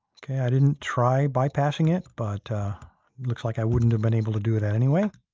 okay, i didn't try bypassing it, but looks like i wouldn't have been able to do it anyway.